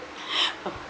uh